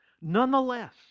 Nonetheless